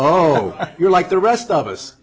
oh you're like the rest of us